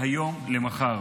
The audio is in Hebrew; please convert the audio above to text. מהיום למחר